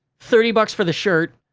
thirty bucks for the shirt,